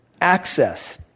access